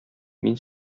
мин